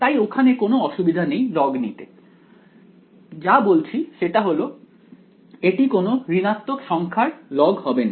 তাই ওখানে কোনও অসুবিধা নেই লগ নিতে যা বলছি সেটা হল এটি কোনও ঋণাত্মক সংখ্যার লগ হবে না